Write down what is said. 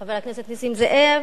חבר הכנסת נסים זאב.